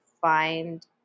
find